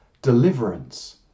Deliverance